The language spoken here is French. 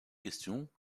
questions